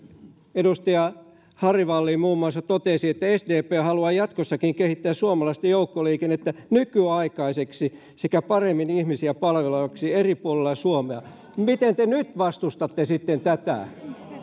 edustaja harry wallin muun muassa totesi että sdp haluaa jatkossakin kehittää suomalaista joukkoliikennettä nykyaikaiseksi sekä paremmin ihmisiä palvelevaksi eri puolilla suomea miten te nyt vastustatte sitten tätä